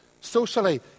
socially